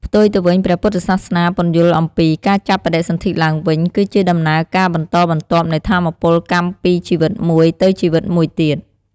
ផ្ទុយទៅវិញ ព្រះពុទ្ធសាសនាពន្យល់អំពី "ការចាប់បដិសន្ធិឡើងវិញ" គឺជាដំណើរការបន្តបន្ទាប់នៃថាមពលកម្មពីជីវិតមួយទៅជីវិតមួយទៀត។